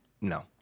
No